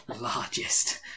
largest